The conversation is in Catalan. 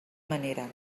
manera